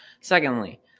Secondly